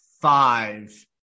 five